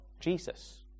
Jesus